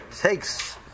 takes